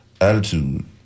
attitude